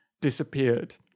disappeared